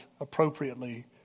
appropriately